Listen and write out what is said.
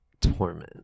torment